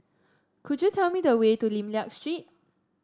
could you tell me the way to Lim Liak Street